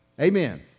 Amen